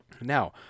Now